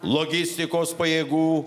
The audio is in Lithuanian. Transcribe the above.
logistikos pajėgų